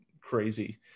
crazy